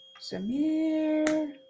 Samir